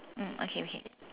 mm okay okay